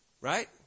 Right